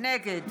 נגד